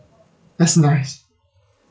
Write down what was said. that's nice